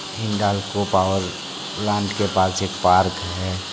Hindalco power plant के पास एक पार्क है